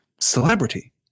celebrity